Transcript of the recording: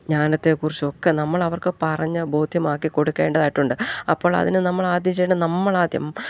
ജ്ഞാനത്തെ കുറിച്ചൊക്കെ നമ്മളവർക്ക് പറഞ്ഞു ബോധ്യമാക്കി കൊടുക്കേണ്ടതായിട്ടുണ്ട് അപ്പോൾ അതിന് നമ്മൾ ആദ്യം ചെയ്യേണ്ടത് നമ്മളാദ്യം